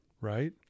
Right